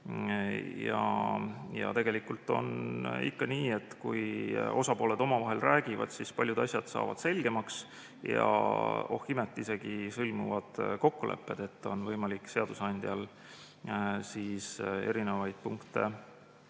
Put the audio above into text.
Tegelikult on ikka nii, et kui osapooled omavahel räägivad, siis paljud asjad saavad selgemaks ja – oh imet! – isegi sõlmuvad kokkulepped, nii et on võimalik seadusandjal erinevaid punkte